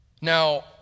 Now